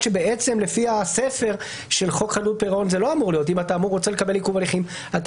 יותר עסקים אם היו מגיעים חודשיים-שלושה לפני.